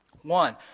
One